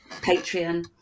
Patreon